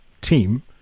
team